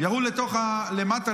ירו למטה,